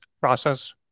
process